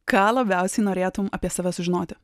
ką labiausiai norėtum apie save sužinoti